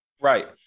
right